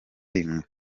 rimwe